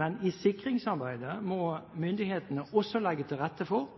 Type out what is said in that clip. Men i sikringsarbeidet må myndighetene også legge til rette for